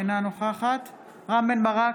אינה נוכחת רם בן ברק,